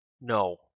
No